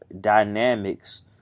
dynamics